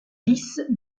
lisse